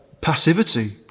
passivity